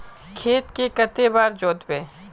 खेत के कते बार जोतबे?